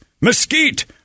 mesquite